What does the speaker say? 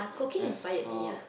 as for